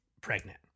pregnant